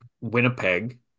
Winnipeg